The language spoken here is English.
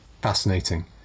fascinating